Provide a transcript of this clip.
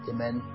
Amen